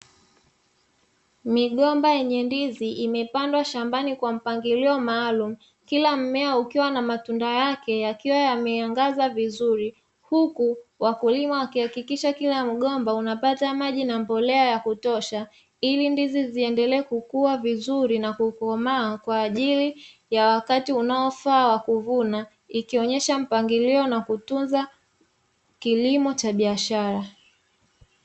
Migomba yenye ndizi imepandwa shambani kwa mpangilio maalumu, kila mmea ukiwa na matunda yake, yakiwa yameangaza vizuri, huku wakulima wakihakikisha kila mgomba unapata maji na mbolea ya kutosha, ili ndizi ziendelee kukua vizuri na kukomaa kwa ajili ya wakati unaofaa wa kuvuna, ikionyesha mpangilio na kutunza kilimo cha biashara.